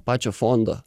pačio fondo